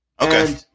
Okay